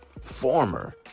former